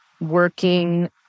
working